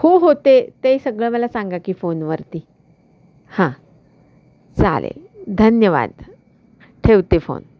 हो हो ते ते सगळं मला सांगा की फोनवरती हां चालेल धन्यवाद ठेवते फोन